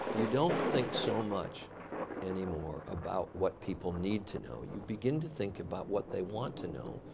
you don't think so much anymore about what people need to know. you begin to think about what they want to know.